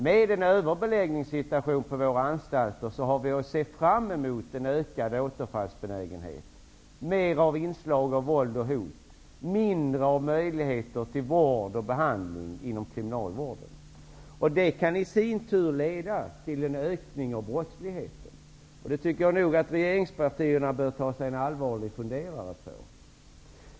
Med en överbeläggningssituation på våra anstalter har vi att se fram emot en ökad återfallsbenägenhet, mer inslag av våld och hot, mindre möjligheter till vård och behandling inom kriminalvården. Det kan i sin tur leda till en ökning av brottsligheten. Det tycker jag nog att regeringspartierna bör ta sig en allvarlig funderare på.